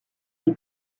des